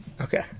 Okay